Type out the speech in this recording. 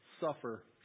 suffer